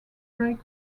break